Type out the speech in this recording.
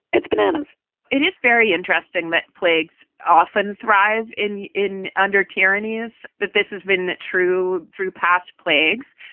it's bananas it is very interesting that plagues often thrive in in under tyrannies that this has been true through past plagues.